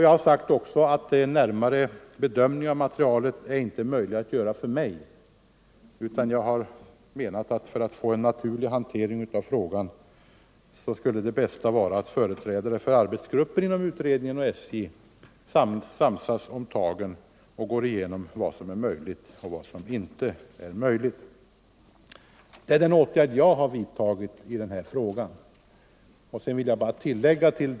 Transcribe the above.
Jag har dessutom sagt att det inte är möjligt för mig att göra en närmare bedömning av materialet, utan jag har menat att det bästa för att få en naturlig hantering av frågan skulle vara, om företrädare för arbetsgruppen inom utredningen och SJ kunde samsas om tagen och gå igenom vad som är möjligt och vad som inte är möjligt att göra. - Detta är den åtgärd som jag har vidtagit i den här frågan.